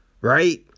right